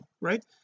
right